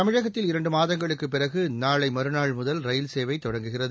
தமிழகத்தில் இரண்டு மாதங்களுக்கு பிறகு நாளை மறுநாள் முதல் ரயில் சேவை தொடங்குகிறது